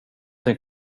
sen